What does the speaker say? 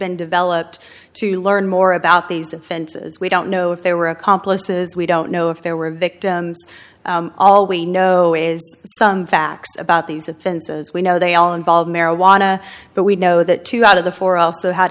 been developed to learn more about these offenses we don't know if they were accomplices we don't know if there were victims all we know is some facts about these offenses we know they all involve marijuana but we know that two out of the four also had